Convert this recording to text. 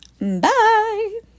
Bye